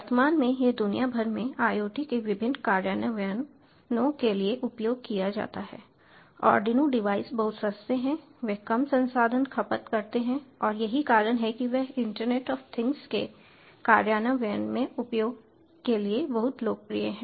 वर्तमान में यह दुनिया भर में IoT के विभिन्न कार्यान्वयनों के लिए उपयोग किया जाता है आर्डिनो डिवाइस बहुत सस्ते हैं वे कम संसाधन खपत करते हैं और यही कारण है कि वे इंटरनेट ऑफ थिंग्स के कार्यान्वयन में उपयोग के लिए बहुत लोकप्रिय हैं